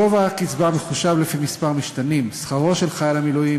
גובה הקצבה מחושב לפי כמה משתנים: שכרו של חייל המילואים,